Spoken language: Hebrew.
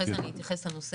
אחרי זה אני אתייחס לנושא.